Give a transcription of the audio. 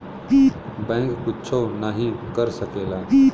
bank कुच्छो नाही कर सकेला